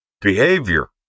behavior